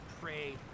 pray